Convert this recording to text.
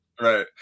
right